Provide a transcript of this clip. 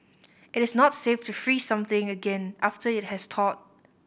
it is not safe to freeze something again after it has thawed